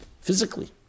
physically